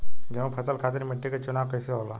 गेंहू फसल खातिर मिट्टी के चुनाव कईसे होला?